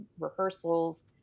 rehearsals